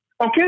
Okay